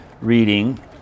reading